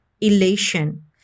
elation